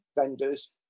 vendors